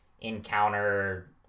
encounter